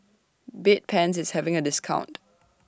Bedpans IS having A discount